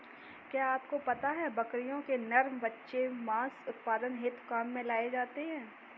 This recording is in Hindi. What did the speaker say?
क्या आपको पता है बकरियों के नर बच्चे मांस उत्पादन हेतु काम में लाए जाते है?